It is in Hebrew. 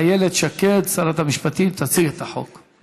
איילת שקד, שרת המשפטים, תציג את החוק.